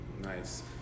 Nice